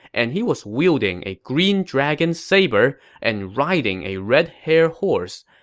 and he was wielding a green dragon saber and riding a red-hair horse,